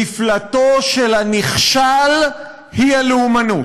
מפלטו של הנכשל הוא הלאומנות.